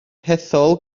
hethol